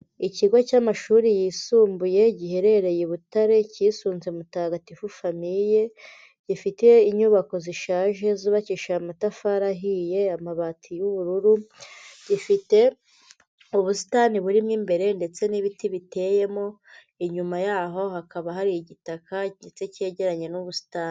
Ikigo cy'amashuri yisumbuye giherereye i Butare cyisunze Mutagatifu Famille, gifite inyubako zishaje zubakishije amatafari ahiye, amabati y'ubururu, gifite ubusitani burimo imbere ndetse n'ibiti biteyemo, inyuma yaho hakaba hari igitaka ndetse cyegeranye n'ubusitani.